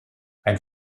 ein